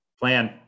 plan